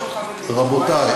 רבותי,